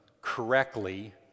correctly